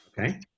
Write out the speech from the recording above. Okay